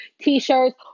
t-shirts